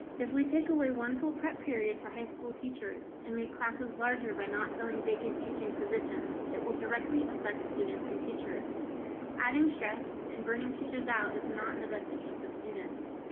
if we take away one full prep period for high school teachers and make classes larger by not filling vacant teaching positions, it will directly affect students and teachers adding stress and burning teachers out is not in the best interest of students.